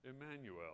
Emmanuel